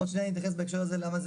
עוד שנייה ניכנס בהקשר הזה גם למה זה